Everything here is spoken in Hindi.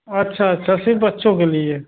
अच्छा अच्छा सिर्फ बच्चों के लिए